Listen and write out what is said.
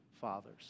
fathers